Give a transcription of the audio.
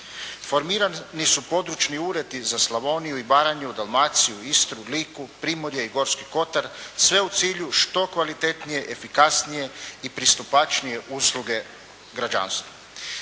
Formirani su područni uredi za Slavoniju i Baranju, Dalmaciju, Istru, Liku, Primorje i Gorski Kotar, sve u cilju što kvalitetnije, efikasnije i pristupačnije usluge građanstva.